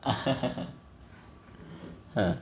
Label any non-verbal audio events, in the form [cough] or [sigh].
[laughs]